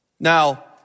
Now